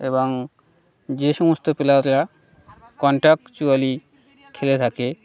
এবং যে সমস্ত প্লেয়াররা কন্ট্রাক্টচুয়ালি খেলে থাকে